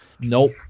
nope